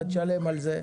אתה תשלם על זה...